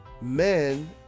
men